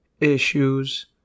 issues